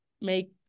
make